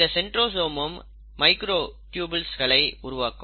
இந்த சென்ட்ரோசோமும் மைக்ரோட்யூபில்ஸ்களை உருவாக்கும்